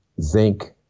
zinc